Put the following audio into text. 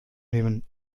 nehmen